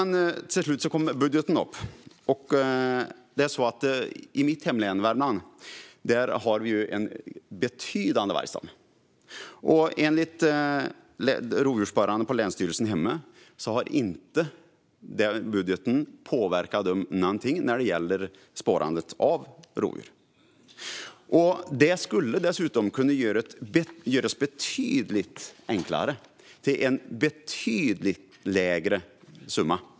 Till slut tog Isak From upp budgeten. I mitt hemlän Värmland har vi en betydande vargstam. Enligt rovdjursspårarna på länsstyrelsen har budgeten inte påverkat dem alls när det gäller spårandet av rovdjur. Det skulle dessutom kunna göras betydligt enklare och till en betydligt lägre kostnad.